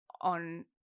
on –